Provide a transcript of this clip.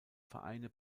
vereine